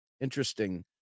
interesting